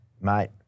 Mate